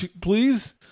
please